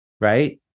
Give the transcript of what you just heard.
right